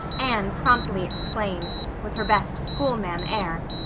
anne promptly exclaimed, with her best schoolma'am air,